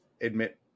admit